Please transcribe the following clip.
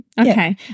Okay